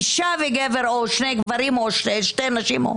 אישה וגבר או שני גברים או שתי נשים,